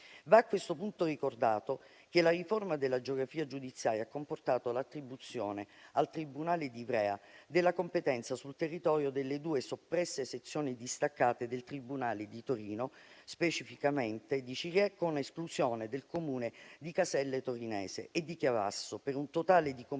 Va a questo punto ricordato che la riforma della geografia giudiziaria ha comportato l'attribuzione al tribunale di Ivrea della competenza sul territorio delle due soppresse sezioni distaccate del tribunale di Torino, specificamente di Cirié, con esclusione del Comune di Caselle Torinese, e di Chivasso, per un totale di complessivi